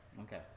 Okay